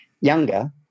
younger